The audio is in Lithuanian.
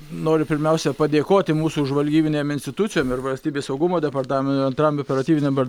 noriu pirmiausia padėkoti mūsų žvalgybinėm institucijom ir valstybės saugumo departamento antram operatyviniam